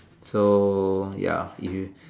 so ya if you